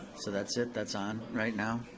so that's it, that's on right now?